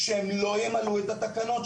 שהם לא ימלאו את התקנות,